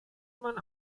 man